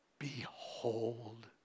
Behold